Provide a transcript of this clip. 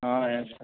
yes sir